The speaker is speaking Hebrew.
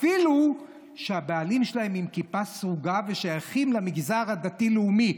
אפילו שהבעלים שלהם עם כיפה סרוגה ושייכים למגזר הדתי-לאומי.